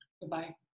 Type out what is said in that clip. Goodbye